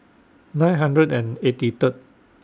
nine hundred and eighty Third